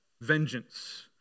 vengeance